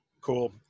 Cool